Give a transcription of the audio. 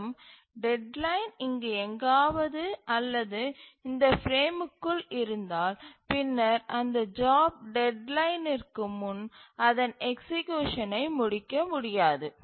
மேலும் டெட்லைன் இங்கு எங்காவது அல்லது இந்த ஃபிரேமுக்குள் இருந்தால் பின்னர் அந்த ஜாப் டெட்லைனிற்கு முன் அதன் எக்சீக்யூசனை முடிக்க முடியாது